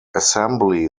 assembly